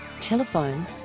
Telephone